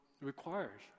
requires